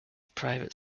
private